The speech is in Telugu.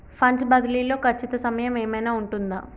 ఫండ్స్ బదిలీ లో ఖచ్చిత సమయం ఏమైనా ఉంటుందా?